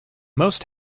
most